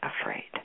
afraid